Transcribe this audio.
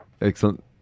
Excellent